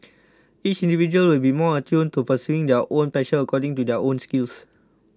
each individual will be more attuned to pursuing their own passions according to their own skills